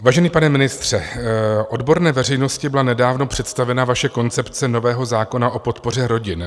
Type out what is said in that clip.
Vážený pane ministře, odborné veřejnosti byla nedávno představena vaše koncepce nového zákona o podpoře rodin.